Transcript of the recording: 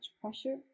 pressure